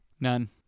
None